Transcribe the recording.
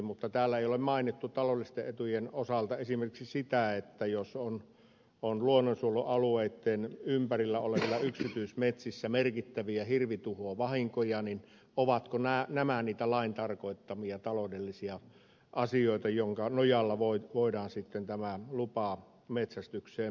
mutta täällä ei ole mainittu taloudellisten etujen osalta esimerkiksi sitä että jos on luonnonsuojelualueitten ympärillä olevissa yksityismetsissä merkittäviä hirvituhovahinkoja niin ovatko nämä niitä lain tarkoittamia taloudellisia asioita joiden nojalla voidaan sitten tämä lupa metsästykseen myöntää